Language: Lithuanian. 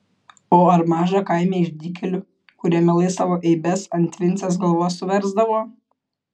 o ar maža kaime išdykėlių kurie mielai savo eibes ant vincės galvos suversdavo